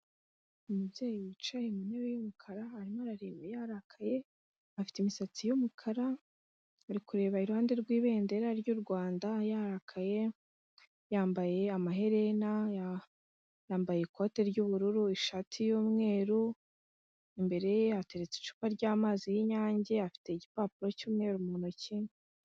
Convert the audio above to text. Umubyeyi wicaye mu ntebe y'umukara, arimo arareba yarakaye, afite imisatsi y'umukara, ari kureba iruhande rw'ibendera ry'u Rwanda yarakaye, yambaye amaherena, yambaye ikote ry'ubururu, ishati y'umweru, imbere ye hateretse icupa ry'amazi y'Inyange, afite igipapuro cy'umweru mu ntoki.